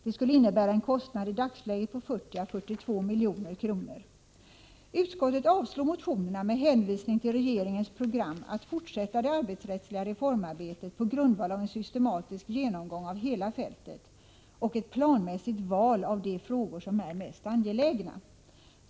Det skulle innebära en kostnad i dagsläget på 40 å 42 milj.kr. Utskottet avstyrker motionerna med hänvisning till regeringens program att fortsätta det arbetsrättsliga reformarbetet på grundval av en systematisk genomgång av hela fältet och ett planmässigt val av de frågor som är mest angelägna.